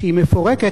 כשהיא מפורקת,